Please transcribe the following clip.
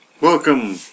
Welcome